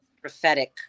Prophetic